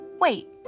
wait